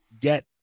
get